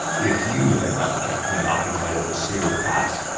if you had not kept me occupied at the saber pass,